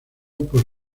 por